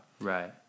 Right